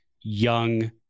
young